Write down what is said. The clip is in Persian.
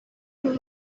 اون